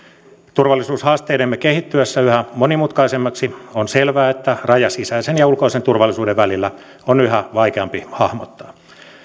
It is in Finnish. turvallisuushaasteidemme kehittyessä yhä monimutkaisemmiksi on selvää että raja sisäisen ja ulkoisen turvallisuuden välillä on yhä vaikeampi hahmottaa